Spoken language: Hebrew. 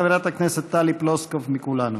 חברת הכנסת טלי פלוסקוב מכולנו.